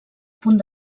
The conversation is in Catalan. punt